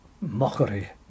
mockery